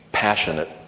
passionate